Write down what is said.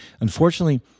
unfortunately